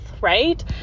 right